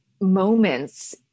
moments